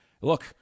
Look